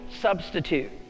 substitute